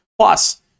plus